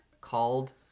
called